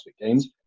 Games